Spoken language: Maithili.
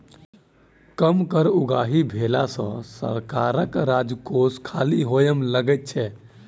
कम कर उगाही भेला सॅ सरकारक राजकोष खाली होमय लगै छै